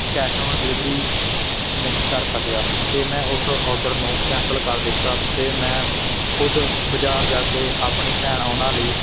cash on delivery ਨਹੀਂ ਕਰ ਸਕਿਆ ਅਤੇ ਮੈਂ ਉਸ ਔਡਰ ਨੂੰ ਕੈਂਸਲ ਕਰ ਦਿੱਤਾ ਅਤੇ ਮੈਂ ਖੁਦ ਬਾਜ਼ਾਰ ਜਾ ਕੇ ਆਪਣੀ ਭੈਣ ਹੋਰਾਂ ਲਈ